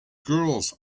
girls